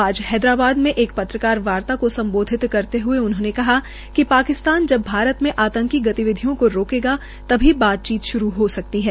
आज हैदराबाद में एक पत्रकार वार्ता को समबोधित करते हुए उन्होंने कहा कि पाकिस्तान जब भारत में आंतकी गतिविधियों को रोकेगा तभी बातचीत श्रू हो सकती है